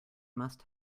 must